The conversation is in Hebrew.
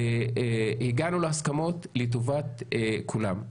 הגענו להסכמות לטובת כולם.